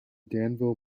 danville